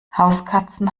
hauskatzen